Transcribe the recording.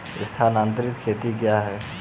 स्थानांतरित खेती क्या है?